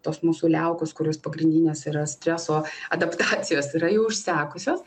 tos mūsų liaukos kurios pagrindinės yra streso adaptacijos yra jau išsekusios